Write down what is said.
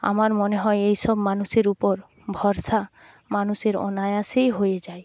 আমার মনে হয় এই সব মানুষের উপর ভরসা মানুষের অনায়াসেই হয়ে যায়